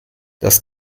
das